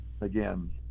again